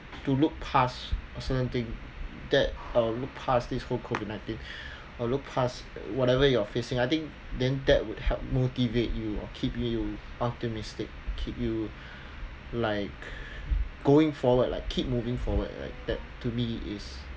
to look past a certain thing that look past this whole COVID nineteen uh look past whatever you're facing I think then that would help motivate you or keep you optimistic keep you like going forward like keep moving forward like that to me is